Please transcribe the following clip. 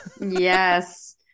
yes